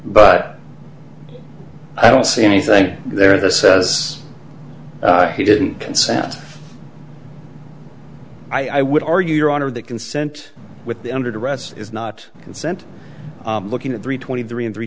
but i don't see anything there that says he didn't consent i would argue your honor that consent with the under duress is not consent looking at three twenty three and three